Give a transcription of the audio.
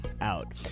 out